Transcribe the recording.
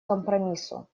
компромиссу